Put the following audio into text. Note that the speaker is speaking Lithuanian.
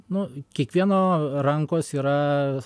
nu kiekvieno rankos yra